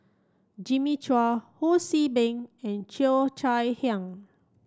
Jimmy Chua Ho See Beng and Cheo Chai Hiang